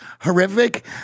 horrific